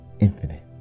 infinite